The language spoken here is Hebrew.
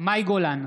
מאי גולן,